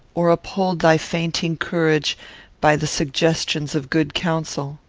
or uphold thy fainting courage by the suggestions of good counsel.